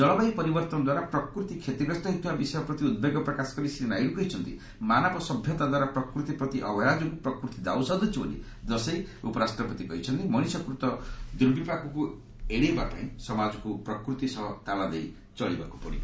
ଜଳବାୟୁ ପରିବର୍ତ୍ତନ ଦ୍ୱାରା ପ୍ରକୃତି କ୍ଷତିଗ୍ରସ୍ତ ହେଉଥିବା ବିଷୟ ପ୍ରତି ଉଦ୍ବେଗ ପ୍ରକାଶ କରି ଶ୍ରୀ ନାଇଡ଼ୁ କହିଛନ୍ତି ମାନବ ସଭ୍ୟତା ଦ୍ୱାରା ପ୍ରକୃତି ପ୍ରତି ଅବହେଳା ଯୋଗୁଁ ପ୍ରକୃତି ଦାଉସାଧୁଛି ବୋଲି ଦର୍ଶାଇ ଉପରାଷ୍ଟ୍ରପତି କହିଛନ୍ତି ମଣିଷକୃତ ଦୁର୍ବିପାକକୁ ଏଡାଇବା ପାଇଁ ସମାଜକୁ ପ୍ରକୃତି ସହ ତାଳଦେଇ ଚଳିବାକୁ ପଡିବ